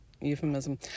euphemism